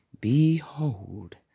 Behold